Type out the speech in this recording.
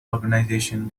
organization